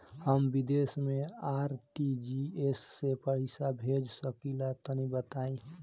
हम विदेस मे आर.टी.जी.एस से पईसा भेज सकिला तनि बताई?